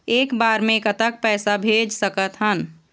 एक बार मे कतक पैसा भेज सकत हन?